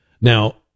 Now